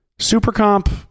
Supercomp